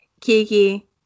Kiki